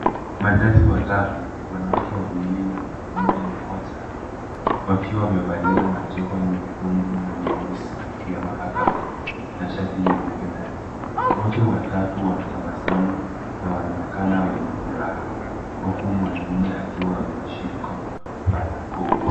Majaji watatu, wanawake wawili na mwanamume mmoja. Wakiwa wamevalia majoho mekundu na meusi ya mahakama na shati nyeupe ndani. Wote watatu wanatabasamu na wanaonekana wenye furaha. Huku mwanamume akiwa ameshika barakoa.